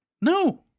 No